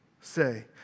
say